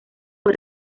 fue